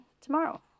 tomorrow